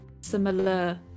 similar